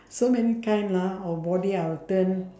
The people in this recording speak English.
so many time lah our body our turn